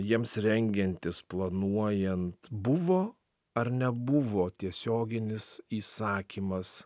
jiems rengiantis planuojant buvo ar nebuvo tiesioginis įsakymas